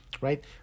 Right